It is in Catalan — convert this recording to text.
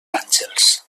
àngels